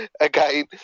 again